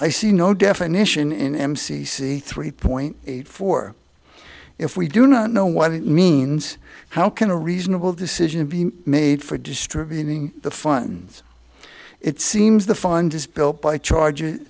i see no definition in m c c three point eight four if we do not know what it means how can a reasonable decision be made for distributing the fund it seems the fund is built by charg